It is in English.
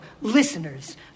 listeners